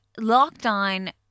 lockdown